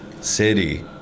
city